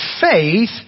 faith